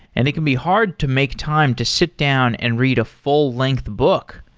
and it can be hard to make time to sit down and read a full-length book,